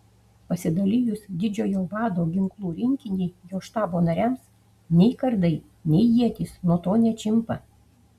pasidalijus didžiojo vado ginklų rinkinį jo štabo nariams nei kardai nei ietys nuo to neatšimpa